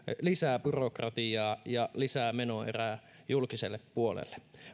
lisää byrokratiaa ja lisää menoeriä julkiselle puolelle